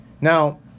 Now